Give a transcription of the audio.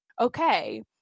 okay